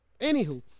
Anywho